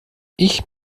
ich